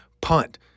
punt